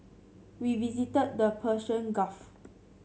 we visited the Persian Gulf